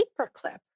paperclip